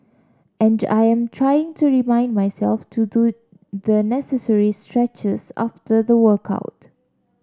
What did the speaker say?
and I am trying to remind myself to do the necessary stretches after the workout